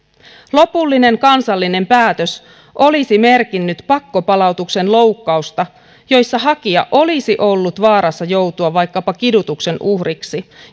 lopullinen kansallinen päätös olisi merkinnyt pakkopalautuksen loukkausta jossa hakija olisi ollut vaarassa joutua vaikkapa kidutuksen uhriksi